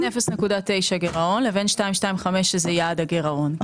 בין 0.9 גירעון לבין 2.25, שזה יעד הגירעון, כן.